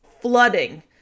flooding